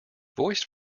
voice